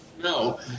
No